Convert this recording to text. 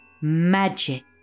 Magic